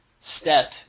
step